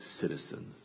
citizen